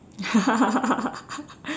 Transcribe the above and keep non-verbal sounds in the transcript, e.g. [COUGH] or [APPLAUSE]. [LAUGHS]